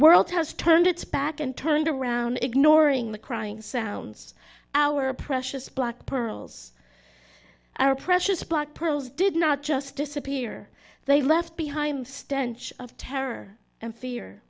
world has turned its back and turned around ignoring the crying sounds our precious black pearls our precious black pearls did not just disappear they left behind stench of terror and fear